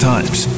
Times